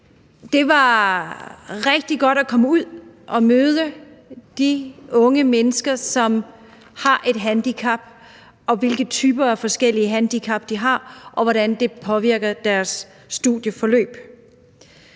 Det var rigtig godt at komme ud og møde de unge mennesker, som har et handicap, høre om de forskellige typer handicap, de har, og om, hvordan det påvirker deres studieforløb.